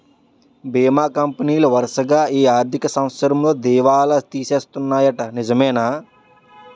బీమా కంపెనీలు వరసగా ఈ ఆర్థిక సంవత్సరంలో దివాల తీసేస్తన్నాయ్యట నిజమేనా